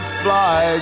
fly